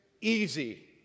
easy